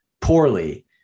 poorly